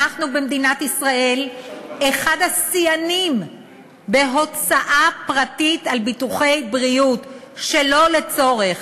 אנחנו במדינת ישראל מהשיאנים בהוצאה פרטית על ביטוחי בריאות שלא לצורך.